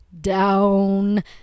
down